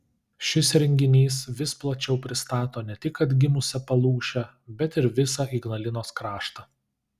šis renginys vis plačiau pristato ne tik atgimusią palūšę bet ir visą ignalinos kraštą